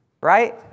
Right